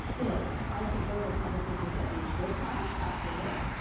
you know, i think those are conversations that we should have after this.